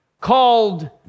called